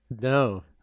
No